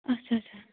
اَچھا اَچھا